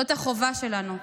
זו החובה שלנו.